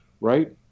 right